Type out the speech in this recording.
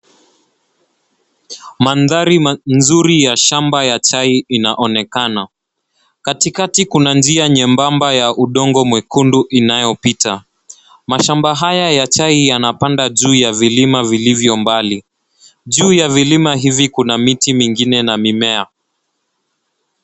Mandhari mzuri ya shamba ya chai inaonekana. Katikati kuna njia nyembamba ya udongo mwekundu inayopita. Mashamba haya ya chai yanapanda juu ya vilima vilivyo mbali. Juu ya vilima hivi kuna miti mingine na mimea.